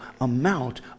amount